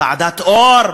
ועדת אור.